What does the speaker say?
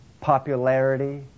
popularity